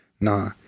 nah